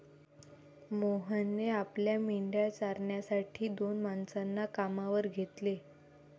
मोहनने आपल्या मेंढ्या चारण्यासाठी दोन माणसांना कामावर घेतले